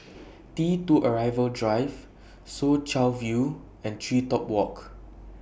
T two Arrival Drive Soo Chow View and Tree Top Walk